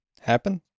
happen